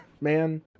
man